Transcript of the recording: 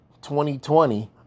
2020